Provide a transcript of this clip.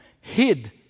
hid